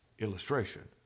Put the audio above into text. Illustration